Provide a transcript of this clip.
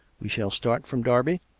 we shall start from derby?